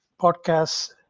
podcasts